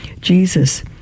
Jesus